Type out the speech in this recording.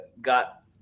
got